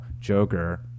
joker